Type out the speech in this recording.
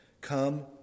Come